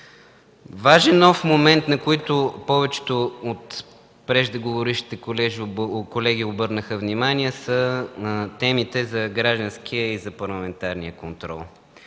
Важен нов момент, на който повечето от преждеговорившите колеги обърнаха внимание, са темите за гражданския и парламентарния контрол.